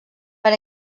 per